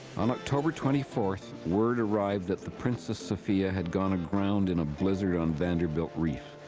on october twenty four word arrived that the princess sophia had gone aground in a blizzard on vanderbilt reef.